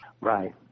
Right